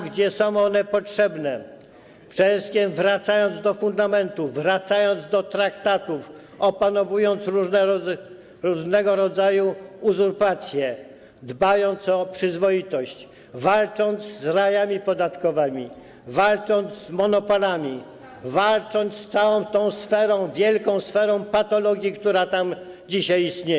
tam, gdzie są one potrzebne, przede wszystkim wracając do fundamentów, wracając do traktatów, opanowując różnego rodzaju uzurpacje, dbając o przyzwoitość, walcząc z rajami podatkowymi, walcząc z monopolami, walcząc z całą tą sferą, wielką sferą patologii, która tam dzisiaj istnieje.